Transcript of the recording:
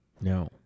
No